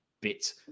bit